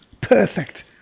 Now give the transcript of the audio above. Perfect